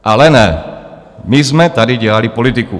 Ale ne, my jsme tady dělali politiku.